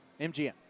MGM